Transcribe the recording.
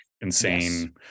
insane